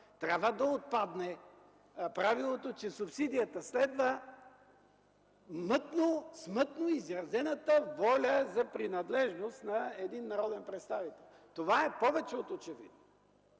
трябва да отпадне правилото, че субсидията следва смътно изразената воля за принадлежност на един народен представител. Това е повече от очевидно!